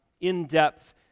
in-depth